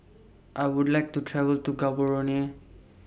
I Would like to travel to Gaborone